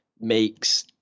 makes